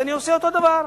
אני עושה אותו דבר.